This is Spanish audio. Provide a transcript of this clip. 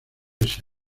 ese